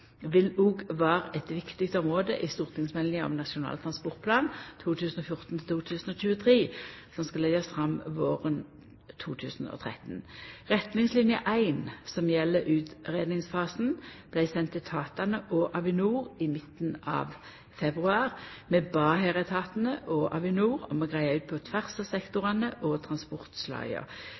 vil òg vera eit viktig område i stortingsmeldinga om Nasjonal transportplan 2014–2023, som skal leggjast fram våren 2013. Retningsline 1, som gjeld utgreiingsfasen, blei send etatane og Avinor i midten av februar. Vi bad her etatane og Avinor om å greia ut på tvers av sektorane og